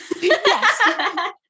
Yes